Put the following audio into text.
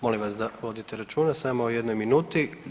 Molim vas da vodite računa samo o jednoj minuti.